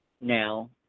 now